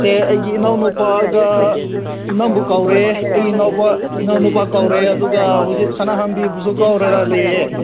ꯁꯦ ꯑꯩꯒꯤ ꯏꯅꯥꯎ ꯅꯨꯄꯥꯒ ꯅꯪꯕꯨ ꯀꯧꯔꯛꯑꯦ ꯑꯩ ꯏꯅꯥꯎꯄ ꯏꯅꯥꯎ ꯅꯨꯄꯥ ꯀꯧꯔꯛꯑꯦ ꯑꯗꯨꯒ ꯍꯧꯖꯤꯛ ꯁꯅꯥꯍꯟꯕꯤꯕꯨꯁꯨ ꯀꯧꯔꯒ ꯂꯩꯌꯦ